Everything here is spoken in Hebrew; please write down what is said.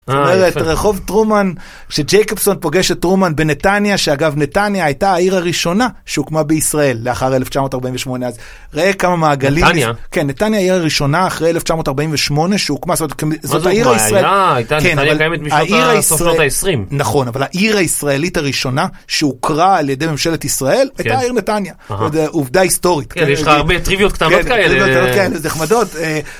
רחוב טרומן, שג'ייקובסון פוגש את טרומן בנתניה, שאגב נתניה הייתה העיר הראשונה שהוקמה בישראל לאחר 1948, ראה כמה מעגלים, נתניה העיר הראשונה אחרי 1948 שהוקמה, זאת העיר הישראלית, נכון אבל העיר הישראלית הראשונה שהוכרה על ידי ממשלת ישראל הייתה העיר נתניה, עובדה היסטורית, יש לך הרבה טריוויות קטנות כאלה, נחמדות.